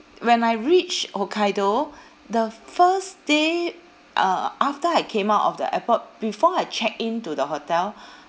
when I reached hokkaido the first day uh after I came out of the airport before I checked in to the hotel